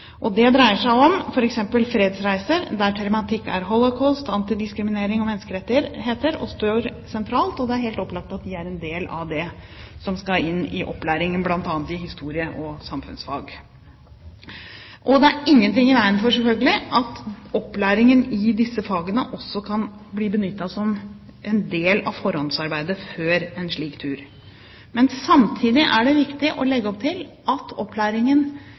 Det dreier seg f.eks. om fredsreiser, der tematikk som holocaust, antidiskriminering og menneskerettigheter står sentralt. Det er helt opplagt at det er en del av det som skal inn i opplæringen, bl.a. i historie og samfunnsfag. Det er selvfølgelig ingenting i veien for at opplæringen i disse fagene kan bli benyttet som en del av forhåndsarbeidet før en slik tur. Men samtidig er det viktig å legge opp til at opplæringen